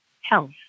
health